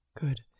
Good